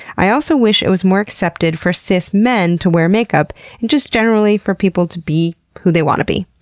i also wish it was more accepted for cis men to wear makeup and just generally for people to be who they want to be.